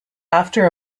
after